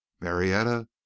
Marietta